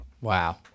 Wow